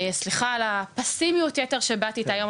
סליחה על הפסימיות יתר שבאתי איתה היום,